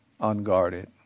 unguarded